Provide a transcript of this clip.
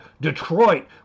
Detroit